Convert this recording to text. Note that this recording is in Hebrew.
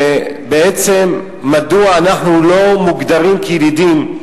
מדוע בעצם אנחנו לא מוגדרים ילידים.